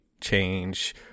change